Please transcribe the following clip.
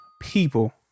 people